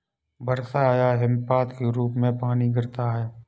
वर्षा या हिमपात के रूप में पानी गिरता है